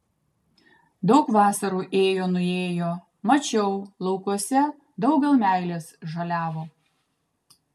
daug vasarų ėjo nuėjo mačiau laukuose daugel meilės žaliavo